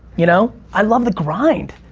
you know? i love the grind.